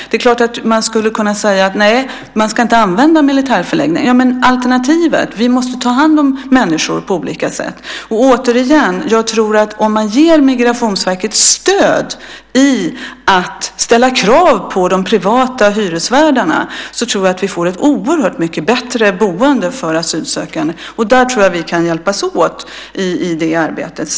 Det är klart att man skulle kunna säga: Nej, man ska inte använda militärförläggningar. Men vad är alternativet? Vi måste ta hand om människor på olika sätt. Och återigen: Om man ger Migrationsverket stöd i att ställa krav på de privata hyresvärdarna tror jag att vi får ett oerhört mycket bättre boende för asylsökande. Jag tror att vi kan hjälpas åt i det arbetet.